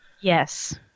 Yes